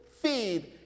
feed